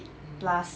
mm